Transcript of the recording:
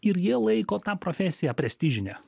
ir jie laiko tą profesiją prestižine